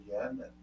again